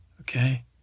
Okay